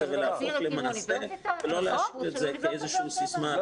ולהפוך למעשה ולא להשאיר את זה כסיסמה.